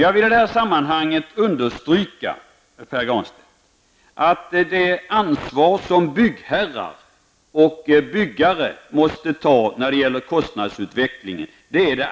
Jag vill i detta sammanhang understryka, Pär Granstedt, det ansvar som byggherrar och byggare måste ta när det gäller kostnadsutvecklingen.